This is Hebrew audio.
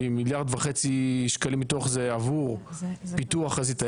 1.5 מיליארד שקלים מתוך זה עבור פיתוח חזית הים,